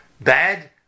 bad